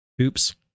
Oops